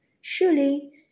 Surely